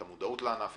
את המודעות לענף,